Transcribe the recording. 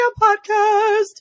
podcast